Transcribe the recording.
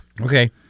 Okay